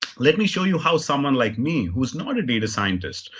let me show you how someone like me, who's not a data scientist,